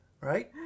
right